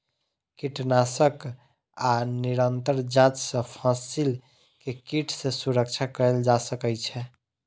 कीटनाशक आ निरंतर जांच सॅ फसिल के कीट सॅ सुरक्षा कयल जा सकै छै